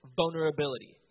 vulnerability